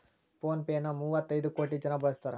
phone pay ನ ಮುವ್ವತೈದ್ ಕೋಟಿ ಜನ ಬಳಸಾಕತಾರ